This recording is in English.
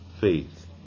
faith